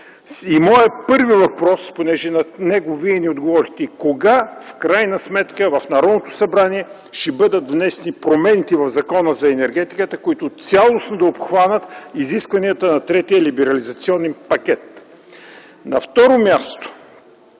Моят първи въпрос (понеже на него Вие не отговорихте) е: кога в Народното събрание ще бъдат внесени промените в Закона за енергетиката, които цялостно да обхванат изискванията на Третия либерализационен енергиен пакет? На второ място,